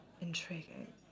intriguing